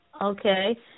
Okay